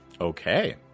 Okay